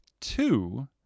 two